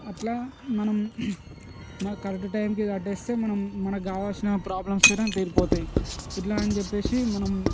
అట్లా మనం మన కరెక్ట్ టైంకి కట్టేస్తే మనం మనకి కావాలసిన ప్రాబ్లమ్స్ కనుక తీరిపోతాయి ఇట్లా అని చెప్పేసి మనం